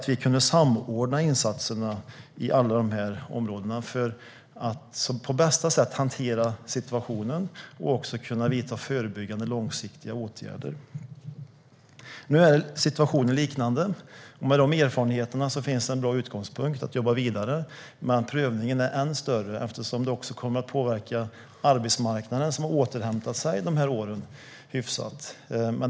Vi kunde samordna insatserna i alla områdena för att på bästa sätt hantera situationen och också kunna vidta förebyggande långsiktiga åtgärder. Nu är situationen liknande. Med de erfarenheterna finns en bra utgångspunkt för att jobba vidare. Men prövningen är än större, eftersom det också kommer att påverka arbetsmarknaden, som återhämtat sig hyfsat dessa år.